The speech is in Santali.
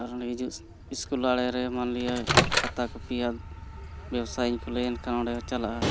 ᱟᱨ ᱦᱤᱡᱩᱜ ᱤᱥᱠᱩᱞ ᱟᱲᱮ ᱨᱮ ᱢᱟᱱᱞᱤᱭᱟ ᱠᱷᱟᱛᱟ ᱠᱚᱯᱤᱭᱟ ᱵᱮᱵᱽᱥᱟᱧ ᱠᱷᱩᱞᱟᱹᱣᱟ ᱮᱱᱠᱷᱟᱱ ᱚᱸᱰᱮ ᱦᱚᱸ ᱪᱟᱞᱟᱜᱼᱟ